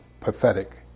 pathetic